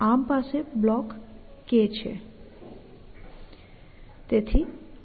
arm પાસે block K છે